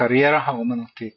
הקריירה האמנותית